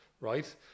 right